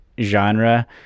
genre